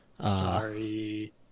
Sorry